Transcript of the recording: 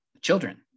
children